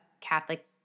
Catholic